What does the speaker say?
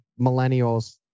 millennials